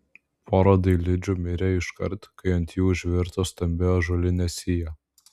pora dailidžių mirė iškart kai ant jų užvirto stambi ąžuolinė sija